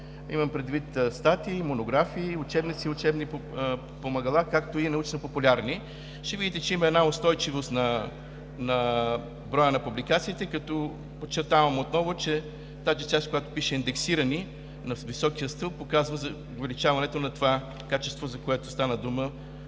имам предвид статии, монографии, учебници и учебни помагала, както и научно-популярни. Ще видите, че има една устойчивост на броя на публикациите, като подчертавам отново, че тази част, в която пише „индексирани на високия стълб“, показва увеличаването на това качество, за което стана дума